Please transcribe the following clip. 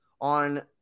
on